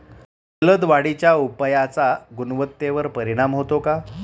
जलद वाढीच्या उपायाचा गुणवत्तेवर परिणाम होतो का?